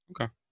okay